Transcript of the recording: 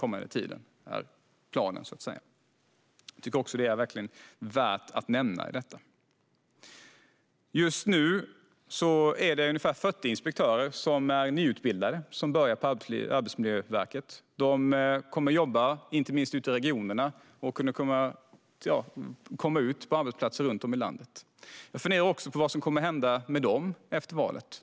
Jag tycker att det verkligen är värt att nämna. Just nu börjar ungefär 40 nyutbildade inspektörer på Arbetsmiljöverket. De kommer att jobba inte minst ute i regionerna och komma ut på arbetsplatser runt om i landet. Jag funderar på vad som kommer att hända med dem efter valet.